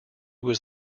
was